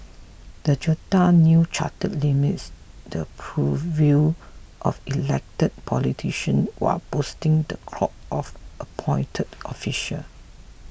the junta's new charter limits the purview of elected politician while boosting the clout of appointed officials